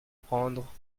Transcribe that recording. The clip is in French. prendre